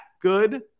good